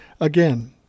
Again